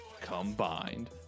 combined